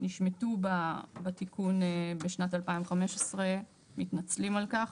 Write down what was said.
נשמטו בתיקון בשנת 2015. מתנצלים על כך.